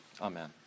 amen